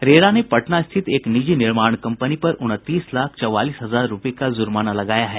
RERA ने पटना स्थित एक निजी निर्माण कम्पनी पर उनतीस लाख चौवालीस हजार रूपये का जुर्माना लगाया है